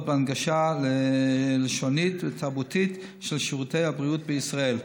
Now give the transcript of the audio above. בהנגשה לשונית ותרבותית של שירותי הבריאות בישראל.